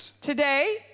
Today